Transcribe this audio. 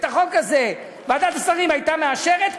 את החוק הזה ועדת השרים הייתה מאשרת?